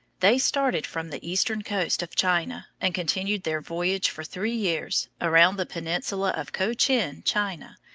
they started from the eastern coast of china, and continued their voyage for three years, around the peninsula of cochin china,